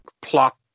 plot